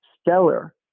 stellar